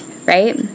right